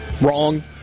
wrong